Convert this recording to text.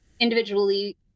individually